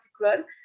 particular